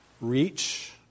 reach